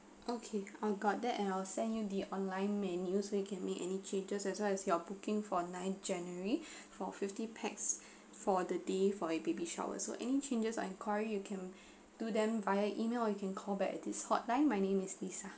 okay I got that and I'll send you the online menu so you can make any changes as well as you are booking for ninth january for fifty packs for the day for a baby shower so any changes or inquiry you can do them via email or you can call back at this hotline my name is lisa